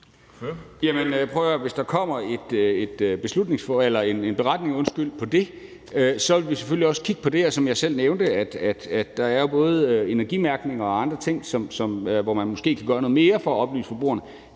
hvis der kommer en beretning om det, vil vi selvfølgelig også kigge på det. Og som jeg selv nævnte er der både energimærkning og andre ting, hvor man måske kan gøre noget mere for at oplyse forbrugerne